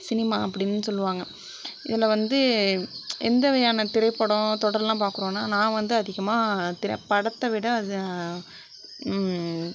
cinema அப்படினு சொல்லுவாங்க இதில் வந்து எந்த வகையான திரைப்படம் தொடர்லாம் பார்க்குறோனா நான் வந்து அதிகமாக திரைபடத்தை விட அது